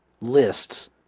lists